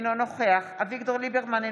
אינו נוכח אביגדור ליברמן,